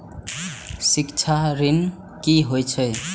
शिक्षा ऋण की होय छै?